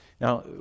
now